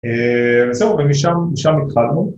‫זהו, ומשם, משם התחלנו.